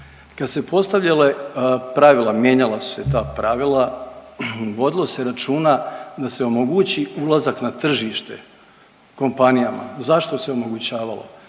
su se postavljala pravila, mijenjala su se ta pravila vodilo se računa da se omogući ulazak na tržište kompanijama. Zašto se omogućavalo?